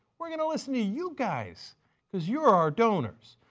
we are going to listen to you guys because you are our donors.